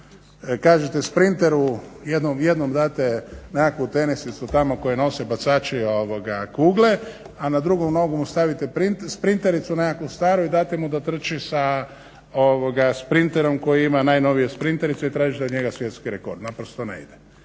kažete sprinteru, jednom date nekakvu tenisicu tamo koju nose bacači kugle, a na drugu nogu mu stavite sprintericu nekakvu staru i date mu da trči sa sprinterom koji ima najnovije sprinterice i tražite od njega svjetski rekord. Naprosto ne ide.